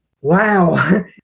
wow